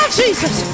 Jesus